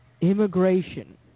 Immigration